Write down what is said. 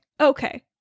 Okay